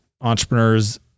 entrepreneurs